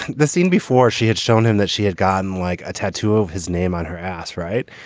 the scene before she had shown him that she had gotten like a tattoo of his name on her ass. right.